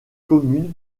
communes